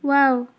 wow